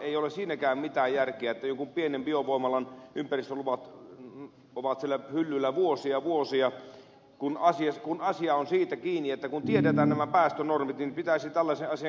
ei ole siinäkään mitään järkeä että jonkun pienen biovoimalan ympäristöluvat ovat siellä hyllyllä vuosia vuosia kun asia on siitä kiinni että kun tiedetään nämä päästönormit niin pitäisi tällaisen asian käsittelyn sujua